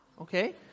okay